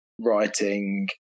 writing